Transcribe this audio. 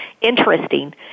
interesting